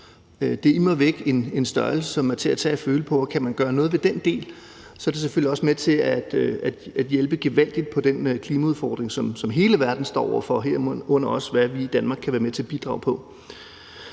Det er immer væk en størrelse, som er til at tage og føle på, og kan man gøre noget ved den del, er det selvfølgelig også med til at hjælpe gevaldigt på den klimaudfordring, som hele verden står over for, herunder også hvad vi i Danmark kan være med til at bidrage med.